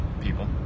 people